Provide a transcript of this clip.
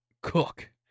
Cook